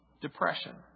depression